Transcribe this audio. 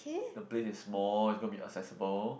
the place is small it's gonna be accessible